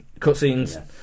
Cutscenes